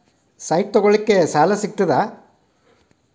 Site ತಗೋಳಿಕ್ಕೆ ಸಾಲಾ ಸಿಗ್ತದಾ?